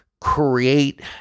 create